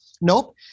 nope